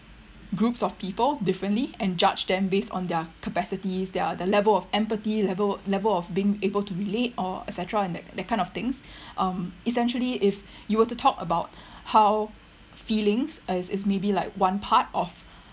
groups of people differently and judge them based on their capacities their the level of empathy level level of being able to relate or et cetera and that that kind of things um essentially if you were to talk about how feelings as is maybe like one part of